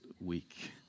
week